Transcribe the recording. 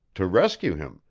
to rescue him,